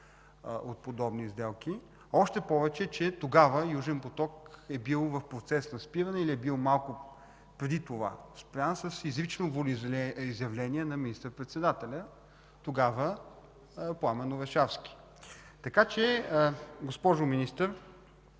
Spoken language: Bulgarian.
от подобни сделки. Още повече, че тогава „Южен поток” е бил в процес на спиране или спрян малко преди това, с изрично волеизявление на министър-председателя тогава Пламен Орешарски. Госпожо Министър,